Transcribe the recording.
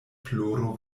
ploro